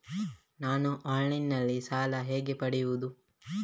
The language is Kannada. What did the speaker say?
ನಾನು ಆನ್ಲೈನ್ನಲ್ಲಿ ಸಾಲ ಹೇಗೆ ಪಡೆಯುವುದು?